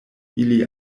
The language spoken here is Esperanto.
ili